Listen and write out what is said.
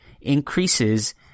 increases